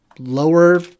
Lower